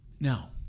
Now